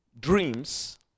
dreams